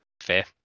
Fair